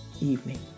evening